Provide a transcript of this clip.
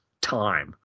time